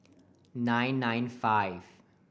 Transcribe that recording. nine nine five